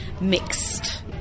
Mixed